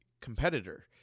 competitor